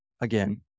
Again